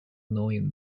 knowing